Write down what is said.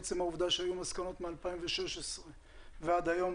עצם העובדה שהיו מסקנות מ-2016 ועד היום